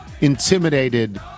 intimidated